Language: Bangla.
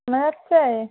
না স্যার